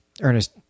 Ernest